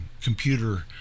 computer